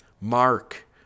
Mark